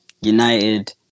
United